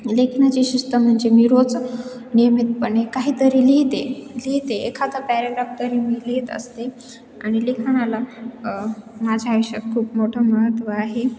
लेखनाची शिस्त म्हणजे मी रोज नियमितपणे काहीतरी लिहिते लिहिते एखादा पॅरेग्राफ तरी मी लिहित असते आणि ल लिखाणाला माझ्या आयुष्यात खूप मोठं महत्त्व आहे